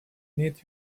need